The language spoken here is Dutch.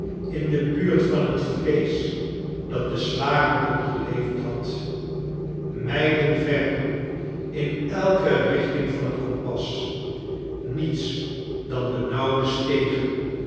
in de buurt van het vleesch dat de slager hun geleverd had mijlen ver in elke richting van het kompas niets dan benauwde stegen